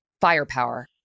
firepower